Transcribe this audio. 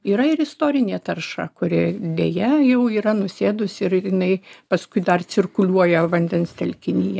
yra ir istorinė tarša kuri deja jau yra nusėdusi ir jinai paskui dar cirkuliuoja vandens telkinyje